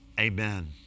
Amen